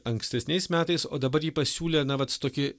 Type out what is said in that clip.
ankstesniais metais o dabar ji pasiūlė na vat tokį